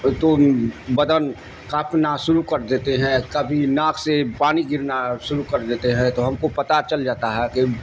تو بدن کاپ ن شروع کر دیتے ہیں کبھی ناک سے پانی گرنا شروع کر دیتے ہیں تو ہم کو پتتا چل جاتا ہے کہ